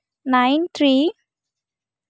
nine three